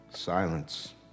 Silence